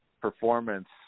performance